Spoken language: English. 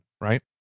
right